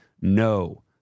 no